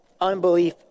unbelief